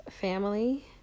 family